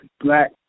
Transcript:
Black